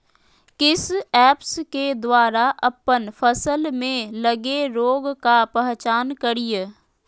किस ऐप्स के द्वारा अप्पन फसल में लगे रोग का पहचान करिय?